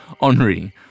Henri